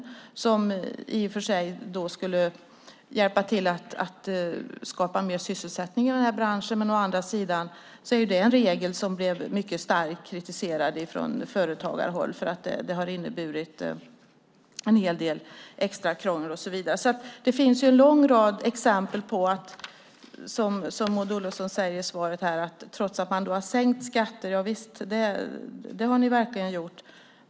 Detta skulle i och för sig bidra till att skapa mer sysselsättning i den här branschen. Men å andra sidan är det en regel som har blivit mycket starkt kritiserad från företagarhåll, för den har inneburit en hel del extra krångel och så vidare. Det finns en lång rad exempel. Maud Olofsson säger i svaret att man har sänkt skatter. Javisst, det har ni verkligen gjort.